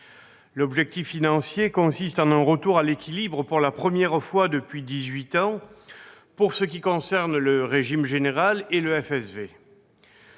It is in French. L'objectif financier consiste en un retour à l'équilibre pour la première fois depuis dix-huit ans pour ce qui concerne le régime général et le FSV.